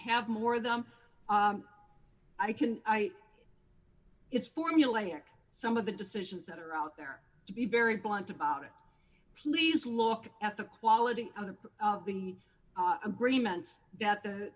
have more than i can i it's formulaic some of the decisions that are out there to be very blunt about it please look at the quality of the agreements that the